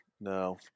No